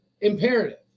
imperative